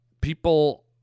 people